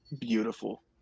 beautiful